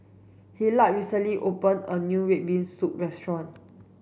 Hillard recently opened a new red bean soup restaurant